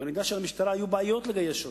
ואני יודע שלמשטרה היו בעיות לגייס שוטרים.